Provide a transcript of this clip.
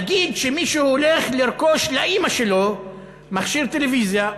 נגיד שמישהו הולך לרכוש לאימא שלו מכשיר טלוויזיה.